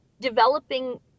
developing